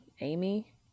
Amy